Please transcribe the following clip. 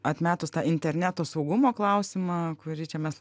atmetus tą interneto saugumo klausimą kurį čia mes